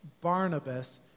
Barnabas